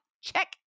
check